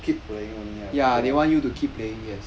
keep playing only ah